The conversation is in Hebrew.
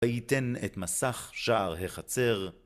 ‫ויתן את מסך שער החצר.